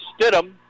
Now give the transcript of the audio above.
Stidham